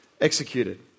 executed